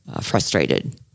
frustrated